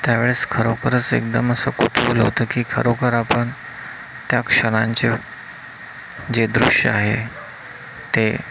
त्यावेळेस खरोखरच एकदम असं कुतूहल होतं की खरोखर आपण त्या क्षणांचे जे दृश्य आहे ते